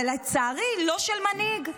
אבל לצערי לא של מנהיג.